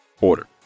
order